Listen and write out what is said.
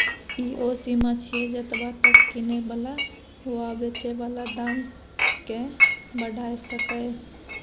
ई ओ सीमा छिये जतबा तक किने बला वा बेचे बला दाम केय बढ़ाई सकेए